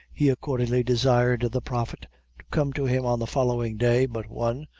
he accordingly desired the prophet to come to him on the following day but one,